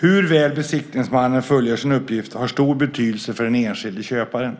Hur väl besiktningsmannen fullgör sin uppgift har stor betydelse för den enskilde köparen.